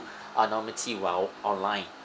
anonymity while online